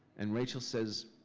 and rachel says,